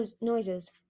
noises